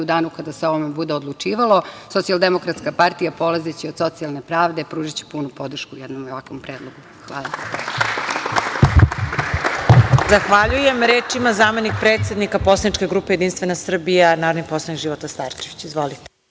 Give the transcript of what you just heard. u danu kada se o ovome bude odlučivalo, Socijaldemokratska partija, polazeći od socijalne pravde, pružiti punu podršku jednom ovakvom predlogu. Hvala. **Marija Jevđić** Zahvaljujem. Reč ima zamenik predsednika Poslaničke grupe JS narodni poslanik Života Starčević. Izvolite.